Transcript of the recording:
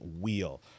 wheel